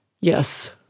Yes